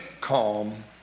calm